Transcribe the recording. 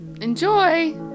Enjoy